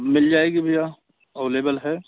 मिल जाएगी भैया अवलेबल है